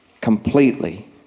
Completely